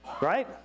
Right